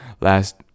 Last